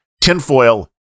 Tinfoil